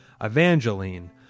Evangeline